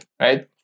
right